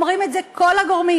אומרים את זה כל הגורמים.